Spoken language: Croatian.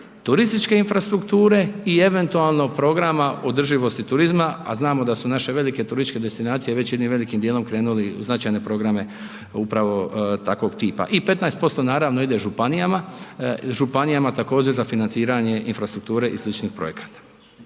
turističke infrastrukture i eventualno programa održivosti turizma, a znamo da su naše velike turističke destinacije već jednim velikim dijelom krenuli u značajne programe upravo takvog tipa. I 15% naravno ide županijama, županijama također za financiranje infrastrukture i sličnih projekata.